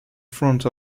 front